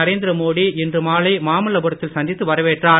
நரேந்திர மோடி இன்று மாலை மாமல்லபுரத்தில் சந்தித்து வரவேற்றார்